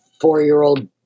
four-year-old